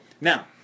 now